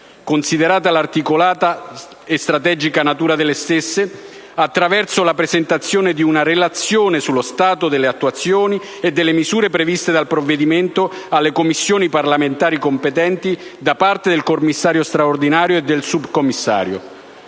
considerata l'articolata e strategica natura delle stesse, attraverso la presentazione di una relazione sullo stato di attuazione delle misure previste dal provvedimento alle Commissioni parlamentari competenti da parte del commissario straordinario e del subcommissario,